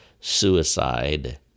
suicide